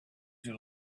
you